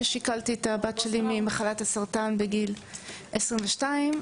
שכלתי את הבת שלי ממחלת הסרטן כשהיא היתה בת 22,